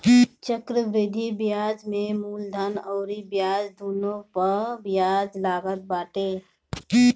चक्रवृद्धि बियाज में मूलधन अउरी ब्याज दूनो पअ बियाज लागत बाटे